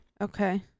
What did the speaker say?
Okay